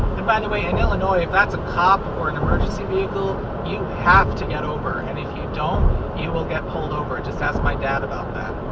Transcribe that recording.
and by the way in illinois if that's a cop or an emergency vehicle you have to get over and if you don't you will get pulled over. just ask my dad about that.